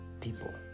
people